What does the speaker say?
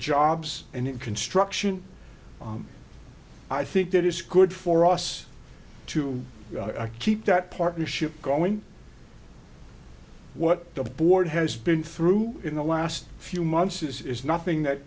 jobs and in construction i think that is good for us to keep that partnership going what the board has been through in the last few months is nothing that